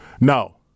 No